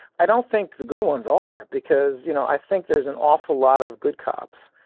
i don't think the good ones are because, you know, i think there's an awful lot of good cops.